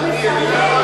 הוא מסמן,